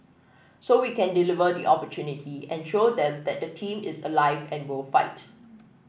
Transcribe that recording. so we can deliver the opportunity and show them that the team is alive and will fight